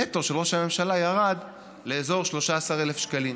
הנטו של ראש הממשלה ירד לאזור 13,000 שקלים.